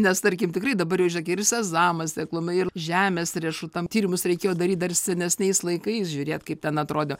nes tarkim tikrai dabar jau žėkit ir sezamas sėkla ir žemės riešutam tyrimus reikėjo daryt dar senesniais laikais žiūrėt kaip ten atrodė